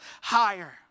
higher